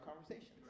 conversations